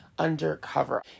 undercover